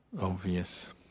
obvious